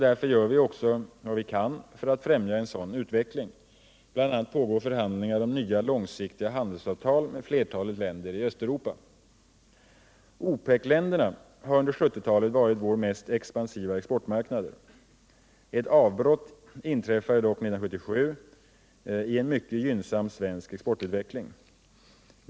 Därför gör vi också vad vi kan för att främja en sådan utveckling. Bl. a. pågår förhandlingar om nya långsiktiga handelsavtal med flertalet länder i Östeuropa. OPEC-länderna har under 1970-talet varit våra mest expansiva exportmarknader. Ett avbrott inträffade dock 1977 i en mycket gynnsam svensk exportutveckling.